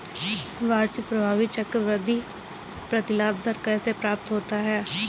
वार्षिक प्रभावी चक्रवृद्धि प्रतिलाभ दर कैसे प्राप्त होता है?